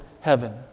heaven